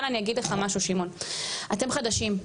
אבל אני אגיד לך משהו שמעון, אתם חדשים,